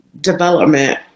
development